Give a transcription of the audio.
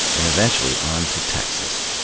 and eventually on to texas.